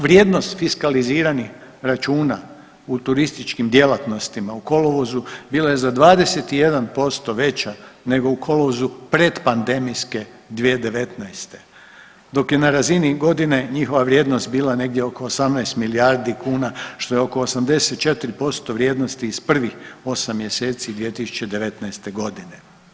Vrijednost fiskaliziranih računa u turističkim djelatnostima u kolovozu bila je za 21% veća nego u kolovozu pretpandemijske 2019., dok je na razini godine njihova vrijednost bila negdje oko 18 milijardi kuna što je oko 84% vrijednosti iz prvih 8 mjeseci 2019. godine.